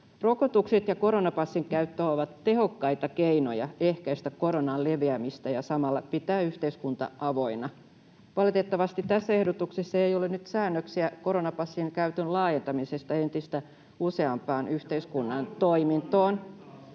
Rokotukset ja koronapassin käyttö ovat tehokkaita keinoja ehkäistä koronan leviämistä ja samalla pitää yhteiskunta avoinna. Valitettavasti tässä ehdotuksessa ei ole nyt säännöksiä koronapassin käytön laajentamisesta entistä useampaan yhteiskunnan toimintoon.